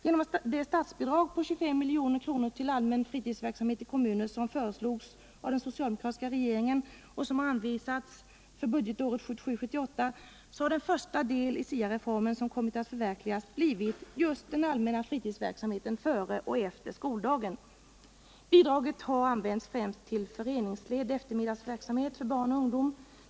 Genom det statsbidrag på 25 milj.kr. till allmän fritidsverksamhet i kommuner som föreslogs av den socialdemokratiska regeringen och som anvisats för budgetåret 1977/78 har den första del i SIA-reformen som kommit att förverkligas blivit den allmänna fritidsverksamheten före och efter skoldagen. Bidraget har använts främst till föreningsledd eftermiddagsverksamhet för barn och ungdom.